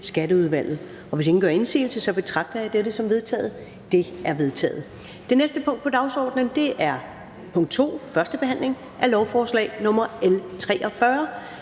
Kirkeudvalget. Hvis ingen gør indsigelse, betragter jeg dette som vedtaget. Det er vedtaget. --- Det næste punkt på dagsordenen er: 5) 1. behandling af lovforslag nr. L